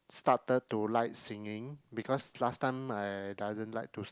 started to like singing because last time I doesn't like to